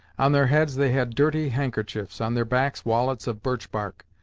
on their heads they had dirty handkerchiefs, on their backs wallets of birch-bark,